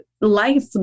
life